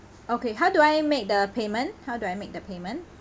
okay how do I make the payment how do I make the payment